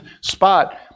spot